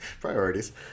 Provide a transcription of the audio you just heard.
priorities